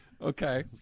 Okay